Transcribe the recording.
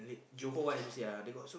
Johor one you go see ah they got